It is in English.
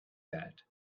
that